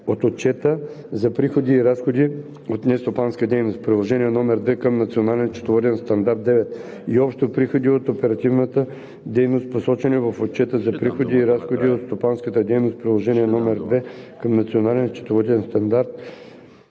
от Отчета за приходи и разходи от нестопанска дейност (приложение № 2 към Национален счетоводен стандарт 9), и общо приходи от оперативната дейност, посочени в Отчета за приходи и разходи от стопанска дейност (приложение № 2 към Национален счетоводен стандарт